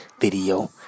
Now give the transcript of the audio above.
Video